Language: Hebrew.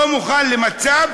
לא מוכן למצב: